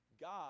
God